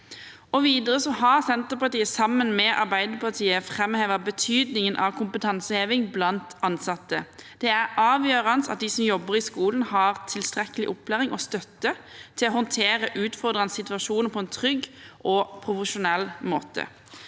Senterpartiet, sammen med Arbeiderpartiet, framhevet betydningen av kompetanseheving blant ansatte. Det er avgjørende at de som jobber i skolen, har tilstrekkelig opplæring og støtte til å håndtere utfordrende situasjoner på en trygg og profesjonell måte.